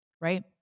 right